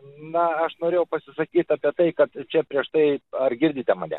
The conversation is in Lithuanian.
na aš norėjau pasisakyt apie tai kad čia prieš tai ar girdite mane